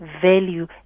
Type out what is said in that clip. value